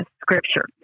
scripture